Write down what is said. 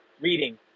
reading